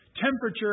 temperature